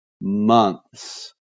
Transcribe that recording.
months